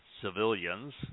civilians